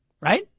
Right